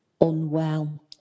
unwell